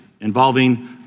involving